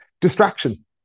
Distraction